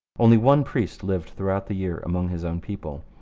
only one priest lived throughout the year among his own people.